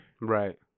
right